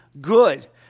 good